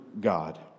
God